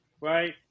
right